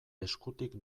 eskutik